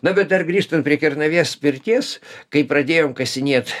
na bet dar grįžtant prie kernavės pirties kai pradėjom kasinėt